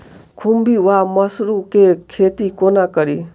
खुम्भी वा मसरू केँ खेती कोना कड़ी?